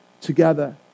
together